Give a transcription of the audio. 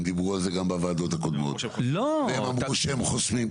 הם דיברו על זה גם בוועדות הקודמות והם אמרו שהם חוסמים.